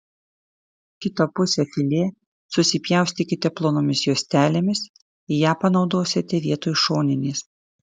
kitą pusę filė susipjaustykite plonomis juostelėmis ją panaudosite vietoj šoninės